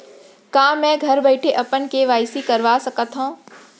का मैं घर बइठे अपन के.वाई.सी करवा सकत हव?